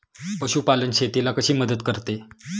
पशुपालन शेतीला कशी मदत करते?